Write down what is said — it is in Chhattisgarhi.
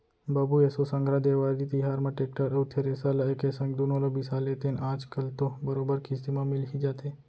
बाबू एसो संघरा देवारी तिहार म टेक्टर अउ थेरेसर ल एके संग दुनो ल बिसा लेतेन आज कल तो बरोबर किस्ती म मिल ही जाथे